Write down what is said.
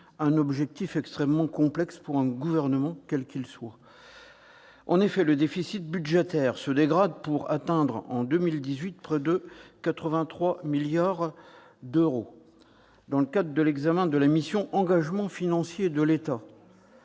un objectif extrêmement complexe pour un gouvernement, quel qu'il soit. En effet, le déficit budgétaire se dégrade pour atteindre en 2018 près de 83 milliards d'euros. Dans le cadre de l'examen de la mission « Engagements financiers de l'État